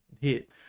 hit